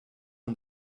ont